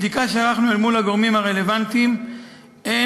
מבדיקה שערכנו אל מול הגורמים הרלוונטיים אין